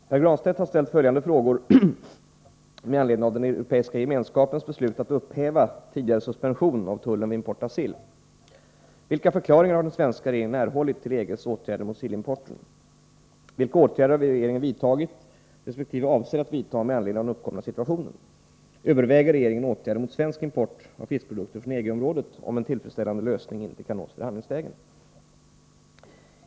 Herr talman! Pär Granstedt har ställt följande frågor med anledning av den Europeiska gemenskapens beslut att upphäva tidigare suspension av tullen vid import av sill. 1. Vilka förklaringar har den svenska regeringen erhållit till EG:s åtgärder mot sillimporten? 3. Överväger regeringen åtgärder mot svensk import av fiskprodukter från EG-området om en tillfredsställande lösning inte kan nås förhandlingsvägen?